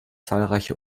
zahlreiche